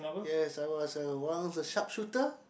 yes I was I was one of the sharpshooter